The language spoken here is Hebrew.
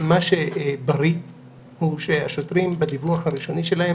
מה שברי הוא שהשוטרים, בדיווח הראשוני שלהם,